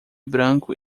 branco